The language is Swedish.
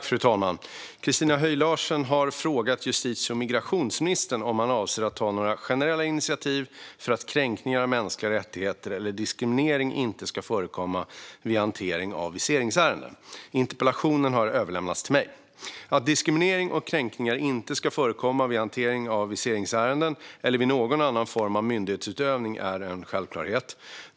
Fru talman! har frågat justitie och migrationsministern om han avser att ta några generella initiativ för att kränkningar av mänskliga rättigheter eller diskriminering inte ska förekomma vid hantering av viseringsärenden. Interpellationen har överlämnats till mig. Att diskriminering och kränkningar inte ska förekomma vid hantering av viseringsärenden eller vid någon annan form av myndighetsutövning är en självklarhet.